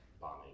bombing